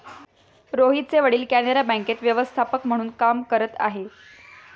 रोहितचे वडील कॅनरा बँकेत व्यवस्थापक म्हणून काम करत आहे